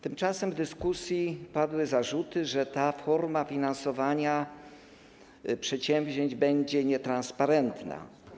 Tymczasem w dyskusji padły zarzuty, że ta forma finansowania przedsięwzięć będzie nietransparentna.